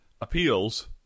appeals